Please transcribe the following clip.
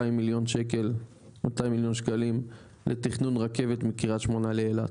מיליון שקלים לתכנון רכבת מקריית שמונה לאילת,